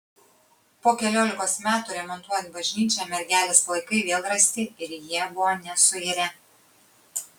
po keliolikos metų remontuojant bažnyčią mergelės palaikai vėl rasti ir jie buvo nesuirę